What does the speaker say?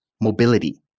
mobility